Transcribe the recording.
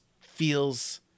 feels